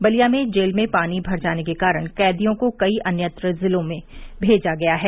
बलिया में जेल में पानी भर जाने के कारण कैदियों को कई अन्यंत्र जिलों में भेजा गया है